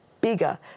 bigger